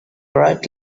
right